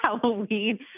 Halloween